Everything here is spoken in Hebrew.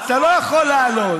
אתה לא יכול לעלות.